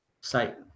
site